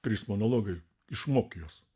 trys monologai išmok juos